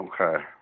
Okay